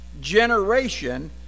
generation